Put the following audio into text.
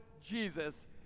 Jesus